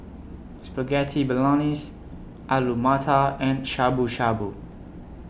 Spaghetti Bolognese Alu Matar and Shabu Shabu